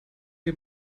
wir